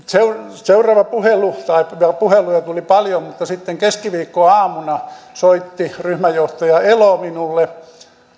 seuraavassa puhelussa tai puheluja tuli paljon mutta sitten keskiviikkoaamuna soitti ryhmänjohtaja elo minulle